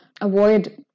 avoid